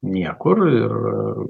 niekur ir